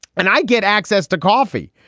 and i get access to coffee.